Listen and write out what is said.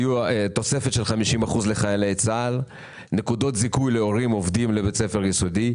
תוספת של 50% לחיילי צה"ל; נקודות זיכוי להורים עובדים לבית ספר יסודי,